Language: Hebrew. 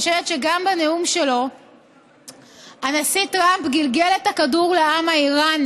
אני חושבת שגם בנאום שלו הנשיא טרמפ גלגל את הכדור לעם האיראני